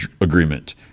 agreement